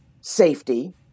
safety